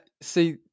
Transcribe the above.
See